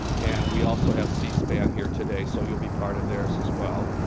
and we also have c-span here today, so you'll be part of theirs as well.